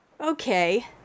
okay